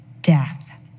death